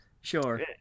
Sure